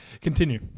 Continue